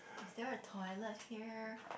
is there a toilet here